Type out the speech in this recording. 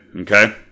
okay